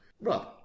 Rob